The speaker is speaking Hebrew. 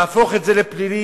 להפוך את זה לפלילי,